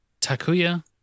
Takuya